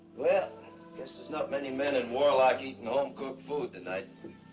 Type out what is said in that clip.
yeah guess there's not many men in warlock eating home cooked food tonight.